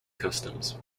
customs